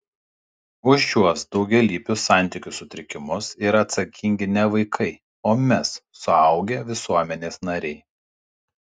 už šiuos daugialypius santykių sutrikimus yra atsakingi ne vaikai o mes suaugę visuomenės nariai